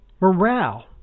morale